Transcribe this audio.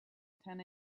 ten